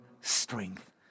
strength